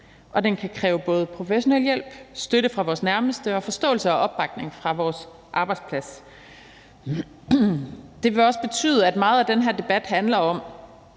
den kan kræve både professionel hjælp, støtte fra vores nærmeste og forståelse og opbakning fra vores arbejdsplads. Det vil også betyde, at meget af den her debat handler om,